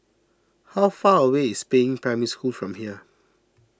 how far away is Peiying Primary School from here